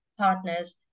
partners